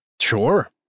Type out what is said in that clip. Sure